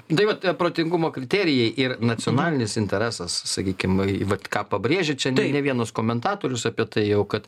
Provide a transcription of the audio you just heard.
tai vat protingumo kriterijai ir nacionalinis interesas sakykim vat ką pabrėžia čia ne vienas komentatorius apie tai jau kad